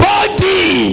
Body